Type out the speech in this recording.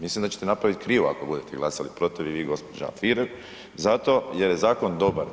Mislim da ćete napraviti krivo ako budete glasali protiv i gospođo Alfirev zato jer je zakon dobar.